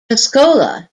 tuscola